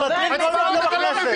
היה כאן דיון ארוך.